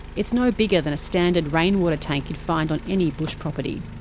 it's no bigger than a standard rainwater tank you'd find on any bush property.